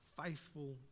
Faithful